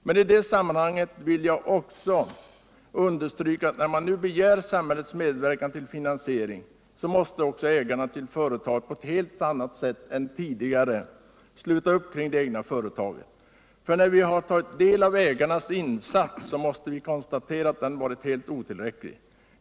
Men i det sammanhanget vill jag också understryka att när samhällets medverkan till finansiering nu begärs, måste också ägarna till företaget på ett helt annat sätt än tidigare sluta upp kring det egna företaget, för när vi har tagit del av ägarnas insats måste vi konstatera att den har varit helt otillräcklig.